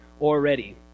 already